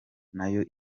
nayo